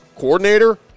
coordinator